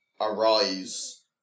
arise